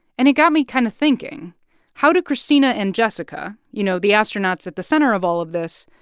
and it got me kind of thinking how do christina and jessica, you know, the astronauts at the center of all of this,